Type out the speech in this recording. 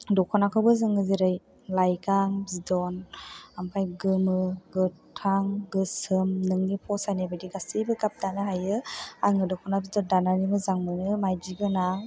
दख'नाखौबो जोङो जेरै लाइगां बिदन ओमफ्राय गोमो गोथां गोसोम नोंनि फसायनाय बायदि गासिबो गाब दानो हायो आङो दख'ना बिदन दानानै मोजां मोनो माइदि गोनां